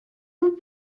vous